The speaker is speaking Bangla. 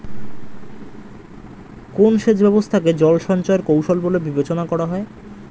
কোন সেচ ব্যবস্থা কে জল সঞ্চয় এর কৌশল বলে বিবেচনা করা হয়?